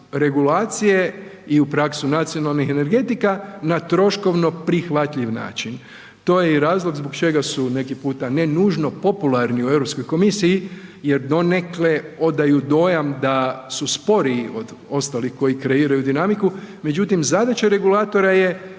regulacije i u praksu nacionalnih energetika na troškovno prihvatljiv način, to je i razlog zbog čega su neki puta ne nužno popularni u Europskoj komisiji jer donekle odaju dojam da su sporiji od ostalih koji kreiraju dinamiku međutim zadaća regulatora je